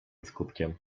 skutkiem